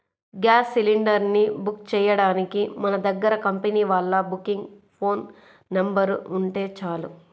gas cylinder ని book చెయ్యడానికి మన దగ్గర కంపెనీ వాళ్ళ బుకింగ్ ఫోన్ నెంబర్ ఉంటే చాలు